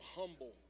humble